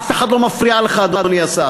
אף אחד לא מפריע לך, אדוני השר.